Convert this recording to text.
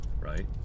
right